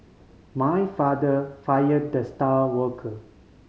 my father fire the star worker